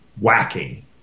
whacking